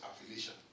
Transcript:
affiliation